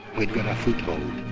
we got a foothold,